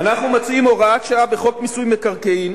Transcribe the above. אנחנו מציעים הוראת שעה בחוק מיסוי מקרקעין